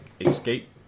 escape